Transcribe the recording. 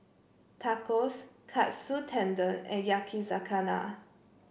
Tacos Katsu Tendon and Yakizakana